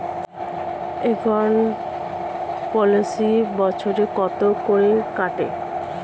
Accident policy বছরে কত করে কাটে?